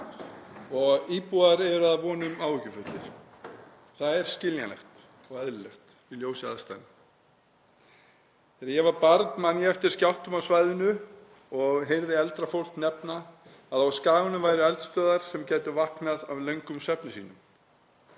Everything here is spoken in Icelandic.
og íbúar eru að vonum áhyggjufullir. Það er skiljanlegt og eðlilegt í ljósi aðstæðna. Þegar ég var barn man ég eftir skjálftum á svæðinu og heyrði eldra fólk nefna að á skaganum væru eldstöðvar sem gætu vaknað af löngum svefni sínum.